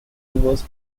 rivers